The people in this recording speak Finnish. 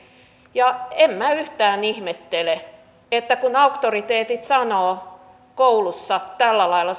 en yhtään ihmettele että kun auktoriteetit sanovat koulussa toistuvasti tällä lailla